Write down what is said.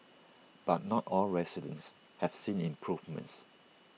but not all residents have seen improvements